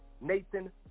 Nathan